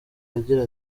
agira